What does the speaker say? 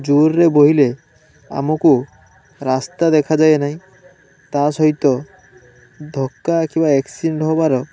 ଜୋରରେ ବୋହିଲେ ଆମକୁ ରାସ୍ତା ଦେଖାଯାଏ ନାହିଁ ତା ସହିତ ଧକ୍କା କିମ୍ବା ଆକ୍ସିଡେଣ୍ଟ ହେବାର